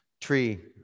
Tree